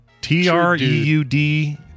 t-r-e-u-d